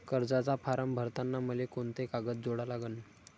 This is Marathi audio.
कर्जाचा फारम भरताना मले कोंते कागद जोडा लागन?